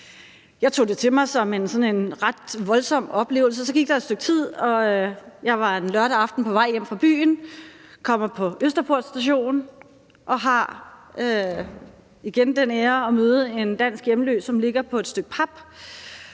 Jeg tog det til mig som en ret voldsom oplevelse. Så gik der et stykke tid, og jeg var en lørdag aften på vej hjem fra byen, kommer på Østerport Station og har igen den ære at møde en dansk hjemløs, som ligger på et stykke pap.